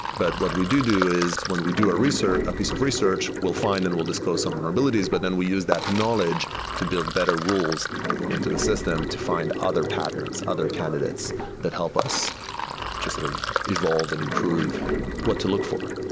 but what we do do is when we do ah a piece of research, we'll find and we'll disclose some vulnerabilities, but then we use that knowledge to build better rules into the system to find other patterns, other candidates that help us just sort of evolve and improve what to look for